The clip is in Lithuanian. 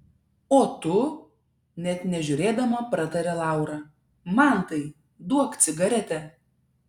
o tu net nežiūrėdama pratarė laura mantai duok cigaretę